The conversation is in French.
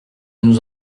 nous